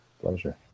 pleasure